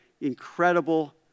incredible